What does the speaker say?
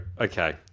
okay